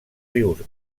rius